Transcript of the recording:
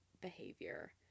behavior